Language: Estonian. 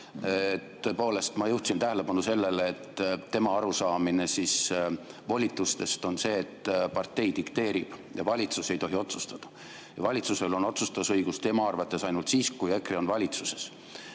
Tõepoolest, ma juhtisin tähelepanu sellele, et tema arusaamine volitustest on see, et partei dikteerib ja valitsus ei tohi otsustada. Valitsusel on otsustusõigus tema arvates ainult siis, kui EKRE on valitsuses.